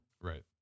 Right